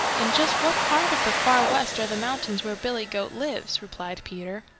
in just what part of the far west are the mountains where billy goat lives? replied peter.